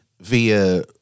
via